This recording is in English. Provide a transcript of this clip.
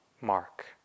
Mark